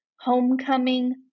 homecoming